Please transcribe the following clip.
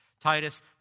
Titus